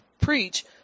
preach